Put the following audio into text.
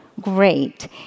great